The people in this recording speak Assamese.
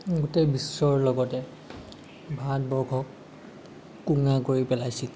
গোটেই বিশ্বৰ লগতে ভাৰতবৰ্ষক কোঙা কৰি পেলাইছিল